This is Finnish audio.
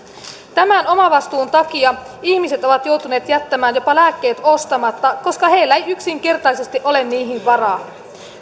tämän omavastuun takia ihmiset ovat joutuneet jättämään jopa lääkkeet ostamatta koska heillä ei yksinkertaisesti ole niihin varaa